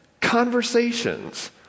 conversations